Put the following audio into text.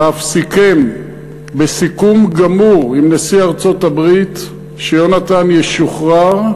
ואף סיכם בסיכום גמור עם נשיא ארצות-הברית שיונתן ישוחרר,